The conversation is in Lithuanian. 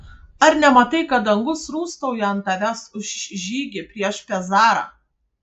ar nematai kad dangus rūstauja ant tavęs už žygį prieš pezarą